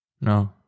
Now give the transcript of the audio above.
No